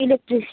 electric